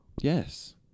Yes